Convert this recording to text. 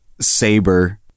saber